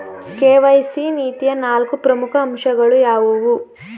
KYC ನೀತಿಯ ನಾಲ್ಕು ಪ್ರಮುಖ ಅಂಶಗಳು ಯಾವುವು?